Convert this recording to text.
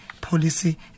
policy